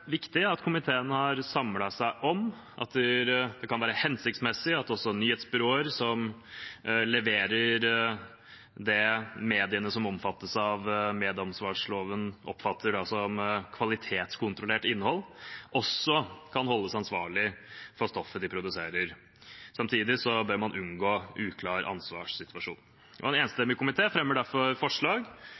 at komiteen har samlet seg om at det kan være hensiktsmessig at også nyhetsbyråer som leverer det mediene som omfattes av medieansvarsloven, oppfatter som kvalitetskontrollert innhold, også kan holdes ansvarlig for stoffet de produserer. Samtidig bør man unngå en uklar ansvarssituasjon. En enstemmig komité fremmer derfor forslag